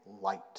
light